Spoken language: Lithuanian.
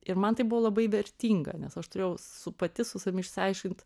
ir man tai buvo labai vertinga nes aš turėjau su pati su savim išsiaiškint